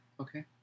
Okay